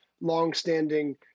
longstanding